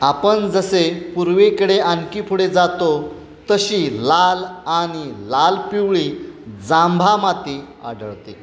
आपण जसे पूर्वीकडे आणखी पुढे जातो तशी लाल आणि लाल पिवळी जांभा माती आढळते